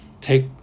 Take